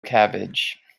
cabbage